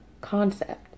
concept